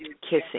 kissing